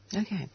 Okay